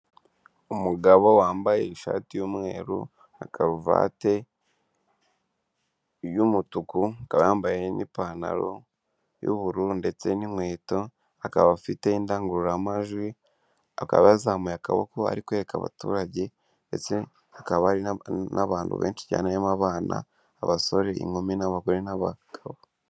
Umugabo wambaye ishati y'umweru na karuvate y'umutuku akaba yambaye n'ipantaro y'ubururu ndetse n'inkweto akaba afite indangururamajwi akaba yazamuye akaboko ari kwereka abaturage ndetse hakaba n'abantu benshi cyane abana, abasore, inkumi ,n'abagore, n'abagabo.